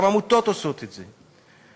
גם עמותות עושות את זה,